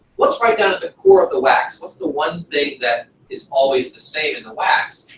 what's right down at the core of the wax? what's the one thing that is always the same in the wax?